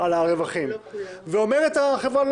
על הרווחים ואומרת החברה,